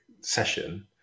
session